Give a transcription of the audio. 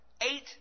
Eight